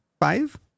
five